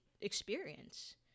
experience